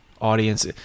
audience